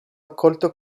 accolto